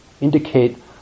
indicate